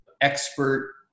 expert